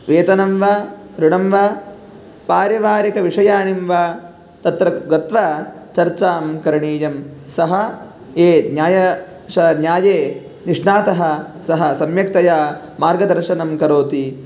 वेतनं वा ऋणं वा पारिवारिकविषयाणां वा तत्र गत्वा चर्चां करणीयं सः ये न्याय श न्याये निष्णातः सः सम्यक्तया मार्गदर्शनं करोति